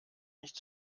nicht